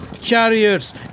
chariots